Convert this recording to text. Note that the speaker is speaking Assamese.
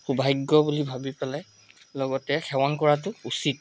সৌভাগ্য বুলি ভাবি পেলাই লগতে সেৱন কৰাটো উচিত